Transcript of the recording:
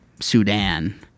Sudan